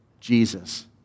Jesus